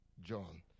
John